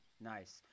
nice